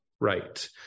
right